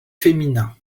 féminin